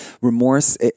remorse